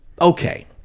Okay